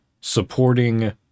supporting